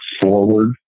forward